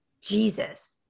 Jesus